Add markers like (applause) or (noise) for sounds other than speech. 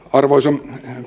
(unintelligible) arvoisa